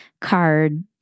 card